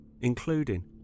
including